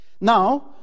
Now